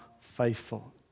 faithful